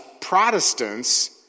Protestants